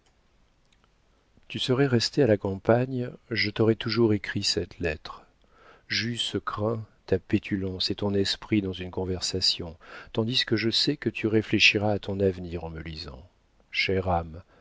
tu serais restée à la campagne je t'aurais toujours écrit cette lettre j'eusse craint ta pétulance et ton esprit dans une conversation tandis que je sais que tu réfléchiras à ton avenir en me lisant chère âme